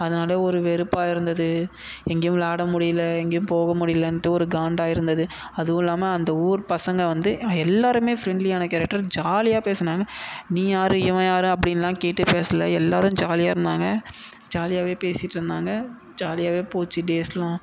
அதனாலேயே ஒரு வெறுப்பாக இருந்தது எங்கேயும் விளாட முடியலை எங்கேயும் போக முடியலைன்ட்டு ஒரு காண்டாக இருந்தது அதுவுமில்லாம அந்த ஊர் பசங்க வந்து எல்லோருமே ஃப்ரெண்ட்லியான கேரக்டரு ஜாலியாக பேசினாங்க நீ யார் இவன் யார் அப்படின்லாம் கேட்டு பேசலை எல்லோரும் ஜாலியாக இருந்தாங்க ஜாலியாகவே பேசிட்டுருந்தாங்க ஜாலியாகவே போச்சு டேஸ்லாம்